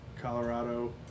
Colorado